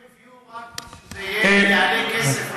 הם הציעו שזה יעלה כסף,